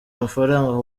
amafaranga